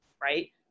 right